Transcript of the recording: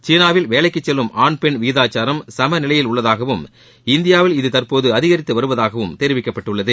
சீனாவில் வேலைக்கு செல்லும் ஆன் பெண் விகிதாச்சாரம் சமநிலையில் உள்ளதாகவும் இந்தியாவில் இது தற்போது அதிகரித்து வருவதாகவும் தெரிவிக்கப்பட்டுள்ளது